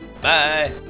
Bye